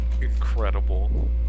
incredible